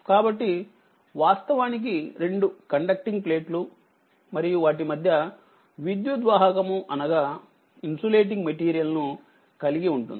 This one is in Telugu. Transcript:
కాబట్టి వాస్తవానికి రెండు కండక్టింగ్ ప్లేట్లు మరియువాటి మధ్యవిద్యుద్వాహకము అనగా ఇన్సులేటింగ్ మెటీరియల్ నుకలిగిఉంటుంది